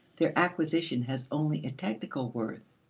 their acquisition has only a technical worth.